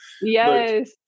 Yes